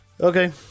okay